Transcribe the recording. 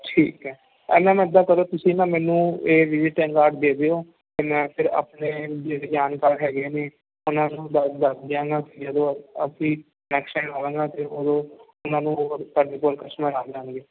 ਠੀਕ ਹੈ ਔਰ ਮੈਮ ਇੱਦਾਂ ਕਰੋ ਤੁਸੀਂ ਨਾ ਮੈਨੂੰ ਇਹ ਵਿਜਟਿੰਗ ਕਾਰਡ ਦੇ ਦਿਓ ਅਤੇ ਮੈਂ ਫਿਰ ਆਪਣੇ ਜਿਹੜੇ ਜਾਣਕਾਰ ਹੈਗੇ ਨੇ ਉਹਨਾਂ ਨੂੰ ਦੱਸ ਦੱਸ ਦਿਆਂਗਾ ਕਿ ਜਦੋਂ ਅਸੀਂ ਨੈਕਸਟ ਟਾਈਮ ਆਵਾਂਗੇ ਫਿਰ ਉਦੋਂ ਉਹਨਾਂ ਨੂੰ ਹੋਵੇਗਾ ਵੀ ਤੁਹਾਡੇ ਕੋਲ ਕਸਟਮਰ ਆ ਜਾਣਗੇ